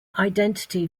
identity